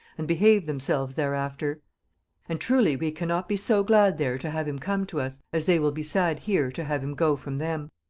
and behave themselves thereafter and truly we cannot be so glad there to have him come to us, as they will be sad here to have him go from them.